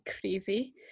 crazy